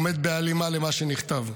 עומד בהלימה למה שנכתב.